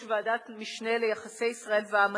ועדת משנה ליחסי ישראל והעם היהודי,